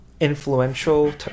influential